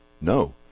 No